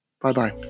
Bye-bye